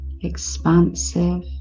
Expansive